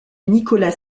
nicolas